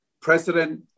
President